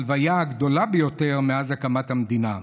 ההלוויה הגדולה ביותר מאז הקמת המדינה.